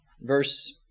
Verse